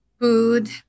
food